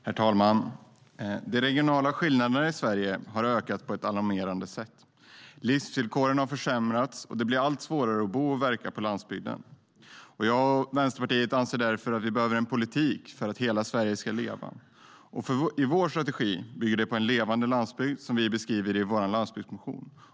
Herr ålderspresident! De regionala skillnaderna i Sverige har ökat på ett alarmerande sätt. Livsvillkoren på landsbygden har försämrats, och det blir allt svårare att bo och verka där. Jag och Vänsterpartiet anser därför att vi behöver en politik för att hela Sverige ska leva. I vår strategi bygger detta på en levande landsbygd, vilket vi beskriver i vår landsbygdsmotion.